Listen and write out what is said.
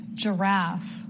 giraffe